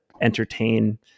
entertain